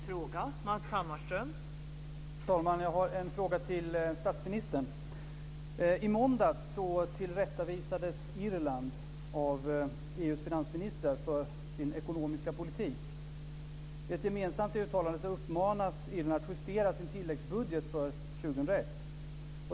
Fru talman! Jag har en fråga till statsministern. I måndags tillrättavisades Irland av EU:s finansministrar för sin ekonomiska politik. I ett gemensamt uttalande uppmanas Irland att justera sin tilläggsbudget för 2001.